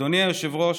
אדוני היושב-ראש,